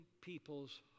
people's